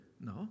No